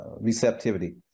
receptivity